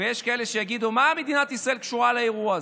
יש כאלה שיגידו: מה מדינת ישראל קשורה לאירוע הזה?